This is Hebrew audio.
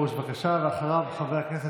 במקום שהוא היה מופקד עליו, כל הכישלונות